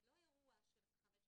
זה לא אירוע של חמש דקות,